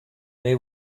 they